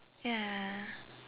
ya